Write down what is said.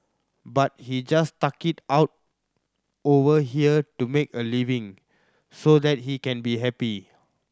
but he just stuck it out over here to make a living so that he can be happy